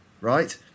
right